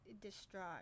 distraught